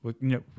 no